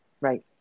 right